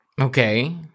Okay